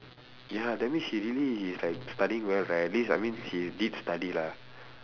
ya that means she really is like studying well right at least I mean she did study lah